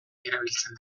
erabiltzen